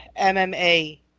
MMA